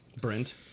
Brent